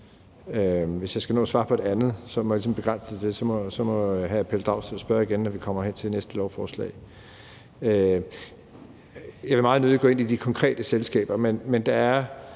Hvis jeg skal nå at svare på det andet, må jeg ligesom begrænse det til det, og så må hr. Pelle Dragsted jo spørge igen, når vi kommer hen til det næste lovforslag. Jeg vil meget nødig gå ind i de konkrete selskaber. Der er